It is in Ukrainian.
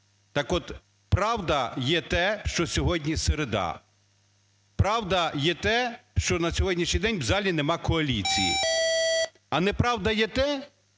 Так от, правда є те, що сьогодні середа. Правда є те, що на сьогоднішній день у залі немає коаліції. А неправда є те,